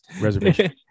Reservation